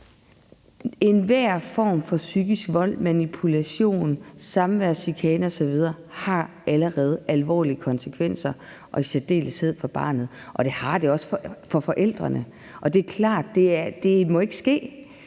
enhver form for psykisk vold, manipulation, samværschikane osv. har allerede alvorlige konsekvenser og i særdeleshed for barnet, og det har det også for forældrene. Det er klart, at det ikke må